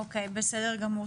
אוקיי, בסדר גמור.